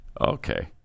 Okay